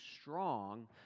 strong